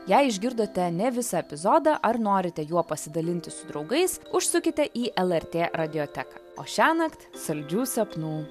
jei išgirdote ne visą epizodą ar norite juo pasidalinti su draugais užsukite į lrt radioteką o šiąnakt saldžių sapnų